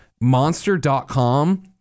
monster.com